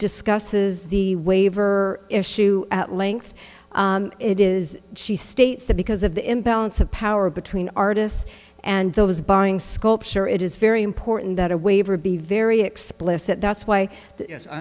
discusses the waiver issue at length it is she states that because of the imbalance of power between artists and those buying sculpture it is very important that a waiver be very explicit that's why i